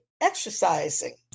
exercising